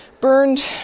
burned